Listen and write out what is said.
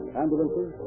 ambulances